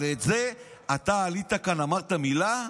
אבל על זה אתה עלית לכאן ואמרת מילה?